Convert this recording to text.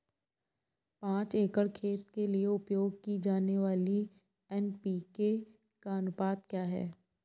पाँच एकड़ खेत के लिए उपयोग की जाने वाली एन.पी.के का अनुपात क्या है?